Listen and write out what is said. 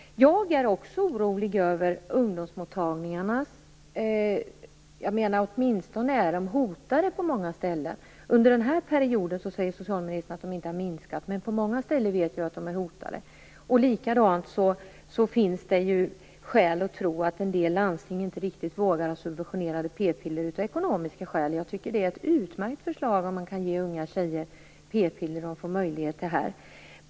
Jag är också orolig över ungdomsmottagningarna. De är åtminstone hotade på många ställen. Under den här perioden har de inte minskat, säger socialministern, men på många ställen vet vi att de är hotade. Likaså finns det skäl att tro att en del landsting inte riktigt vågar ha subventionerade p-piller - av ekonomiska skäl. Jag tycker att det är ett utmärkt förslag om man får en möjlighet att ge unga tjejer p-piller.